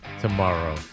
tomorrow